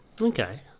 Okay